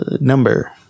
number